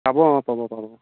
পাব অঁ পাব পাব পাব